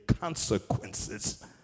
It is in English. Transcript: consequences